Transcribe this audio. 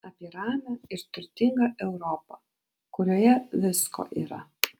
apie ramią ir turtingą europą kurioje visko yra